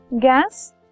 gas